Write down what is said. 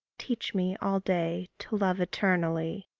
teach me all day to love eternally.